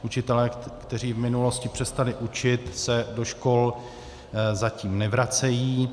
Učitelé, kteří v minulosti přestali učit, se do škol zatím nevracejí.